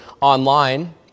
online